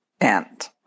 end